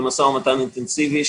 אנחנו במשא ומתן אינטנסיבי,